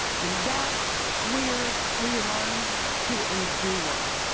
and that's where we learn to endure.